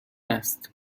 است